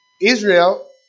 Israel